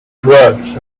drugs